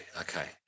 okay